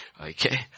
Okay